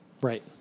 Right